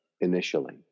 initially